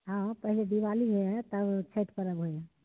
हँ पहिले दिवाली होइ हइ तब छठि परब होइ हइ